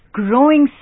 growing